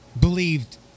believed